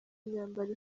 imyambaro